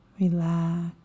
relax